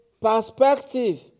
perspective